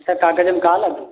ये सब का लागी